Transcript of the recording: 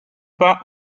pas